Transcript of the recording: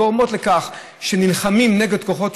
זה גורם לכך שנלחמים נגד כוחות שוק.